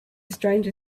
stranger